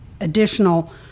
additional